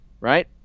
right